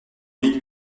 mille